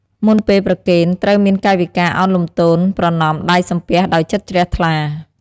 មុនពេលប្រគេន ត្រូវមានកាយវិការឱនលំទោន ប្រណម្យដៃសំពះដោយចិត្តជ្រះថ្លា។